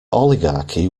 oligarchy